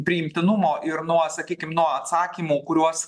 priimtinumo ir nuo sakykim nuo atsakymų kuriuos